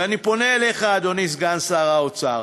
ואני פונה אליך, אדוני סגן שר האוצר: